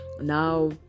now